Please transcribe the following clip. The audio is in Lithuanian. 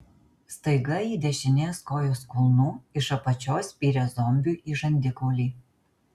staiga ji dešinės kojos kulnu iš apačios spyrė zombiui į žandikaulį